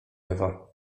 ewa